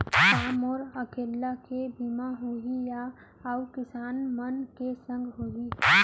का मोर अकेल्ला के बीमा होही या अऊ किसान मन के संग होही?